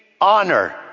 honor